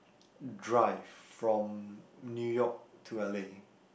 drive from New York to L_A